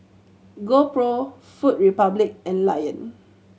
GoPro Food Republic and Lion